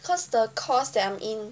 cause the course that I'm in